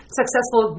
successful